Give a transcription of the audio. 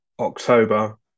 October